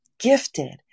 gifted